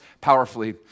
powerfully